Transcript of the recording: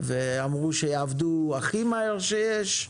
ואמרו שיעבדו הכי מהר שיש.